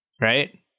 right